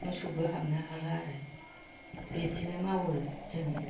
मोसौबो हाबनो हाला आरो बिदिनो मावो जोङो